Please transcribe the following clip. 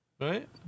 Right